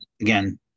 again